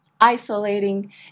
isolating